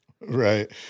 Right